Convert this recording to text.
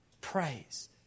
Praise